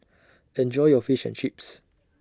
Enjoy your Fish and Chips